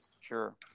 Sure